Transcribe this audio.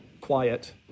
quiet